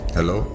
Hello